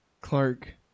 Clark